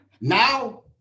Now